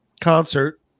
concert